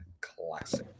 classic